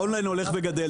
האונליין הולך וגדל,